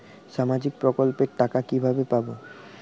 সামাজিক প্রকল্পের টাকা কিভাবে পাব?